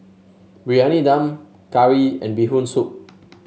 Briyani Dum curry and Bee Hoon Soup